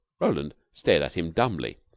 roland stared at him dumbly.